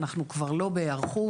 אנחנו כבר לא בהיערכות,